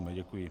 Děkuji.